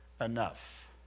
enough